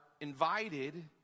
invited